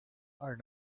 are